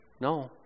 No